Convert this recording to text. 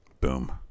Boom